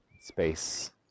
space